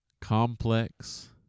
complex